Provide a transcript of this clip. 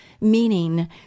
meaning